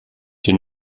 die